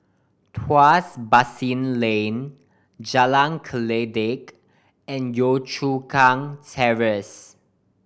Tuas Basin Lane Jalan Kledek and Yio Chu Kang Terrace